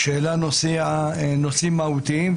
שהעלה נושאים מהותיים.